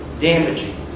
damaging